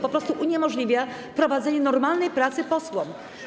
Po prostu uniemożliwia prowadzenie normalnej pracy posłom.